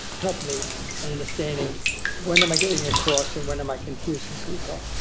help me in understanding when am i getting across, and when am i confusing people,